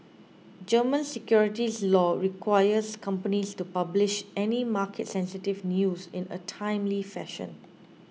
German securities law requires companies to publish any market sensitive news in a timely fashion